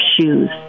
shoes